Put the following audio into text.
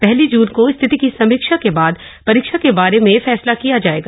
पहली जुन को स्थिति की समीक्षा के बाद परीक्षा के बारे में फ्रसला किया जायेगा